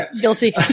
Guilty